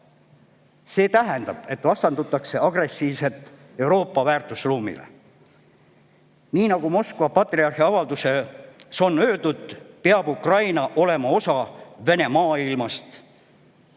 See tähendab, et vastandutakse agressiivselt Euroopa väärtusruumile. Nii nagu Moskva patriarhi avalduses on öeldud, peab Ukraina olema osa Vene maailmast,